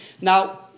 now